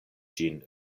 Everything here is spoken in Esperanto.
ĝin